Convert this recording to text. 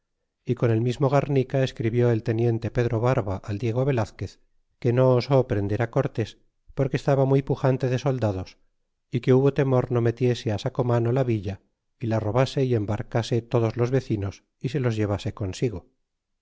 y con el mismo garnica escribió el teniente pedro barba al diego velazquez que no osó prender cortés porque estaba muy pujante de soldados é que hubo temor no metiese sacomano la villa y la robase y embarcase todos los vecinos y se los llevase consigo